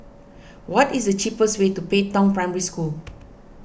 what is the cheapest way to Pei Tong Primary School